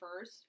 first